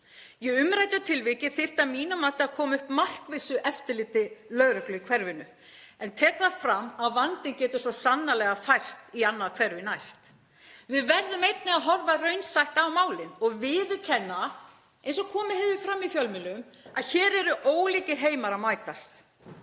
Í umræddu tilviki þyrfti að mínu mati að koma upp markvissu eftirliti lögreglu í hverfinu. En ég tek það fram að vandinn getur svo sannarlega færst í annað hverfi næst. Við verðum einnig að horfa raunsætt á málin og viðurkenna, eins og komið hefur fram í fjölmiðlum, að hér eru ólíkir heimar að mætast.